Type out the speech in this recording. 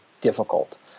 difficult